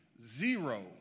zero